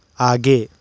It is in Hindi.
आगे